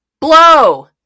blow